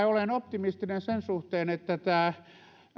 olen optimistinen sen suhteen että tämä